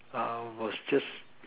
ah was just